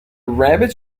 rabbits